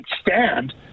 stand